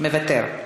מוותר.